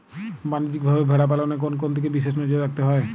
বাণিজ্যিকভাবে ভেড়া পালনে কোন কোন দিকে বিশেষ নজর রাখতে হয়?